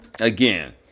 Again